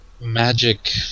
magic